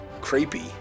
creepy